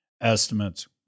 estimates